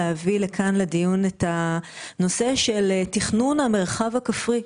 להביא לכאן לדיון את הנושא של תכנון המרחב הכפרי.